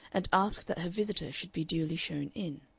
and asked that her visitor should be duly shown in.